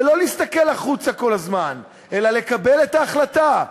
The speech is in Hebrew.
ולא להסתכל החוצה כל הזמן, אלא לקבל את ההחלטה.